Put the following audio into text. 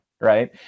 right